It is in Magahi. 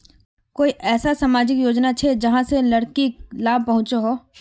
कोई ऐसा सामाजिक योजना छे जाहां से लड़किक लाभ पहुँचो हो?